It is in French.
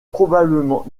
probablement